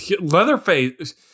Leatherface